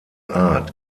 art